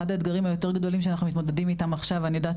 אחד האתגרים היותר גדולים שאנחנו מתמודדים איתם עכשיו אני יודעת